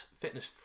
fitness